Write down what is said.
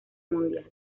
mundial